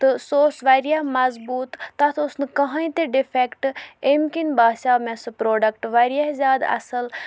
تہٕ سُہ اوس واریاہ مضبوٗط تَتھ اوس نہٕ کٕہٕنۍ تہِ ڈِفیکٹ امہِ کِنۍ باسیٛاو مےٚ سُہ پرٛوڈَکٹ واریاہ زیادٕ اَصٕل